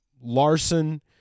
Larson